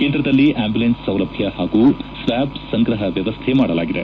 ಕೇಂದ್ರದಲ್ಲಿ ಅಂಬ್ದುಲೆನ್ಸ್ ಸೌಲಭ್ಯ ಹಾಗೂ ಸ್ನಾಬ್ ಸಂಗ್ರಹ ವ್ಯವಸ್ಥೆ ಮಾಡಲಾಗಿದೆ